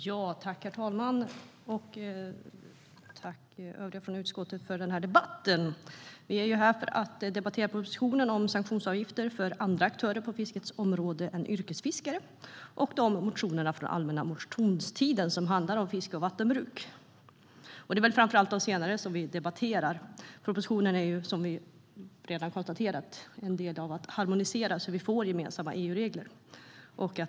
Herr talman! Tack, övriga från utskottet, för den här debatten! Vi är ju här för att debattera propositionen om sanktionsavgifter för andra aktörer på fiskets område än yrkesfiskare och de motioner från allmänna motionstiden som handlar om fiske och vattenbruk. Det är framför allt de senare som vi debatterar. Propositionen är ju, som vi redan konstaterat, en del av att harmonisera så att vi får gemensamma EU-regler.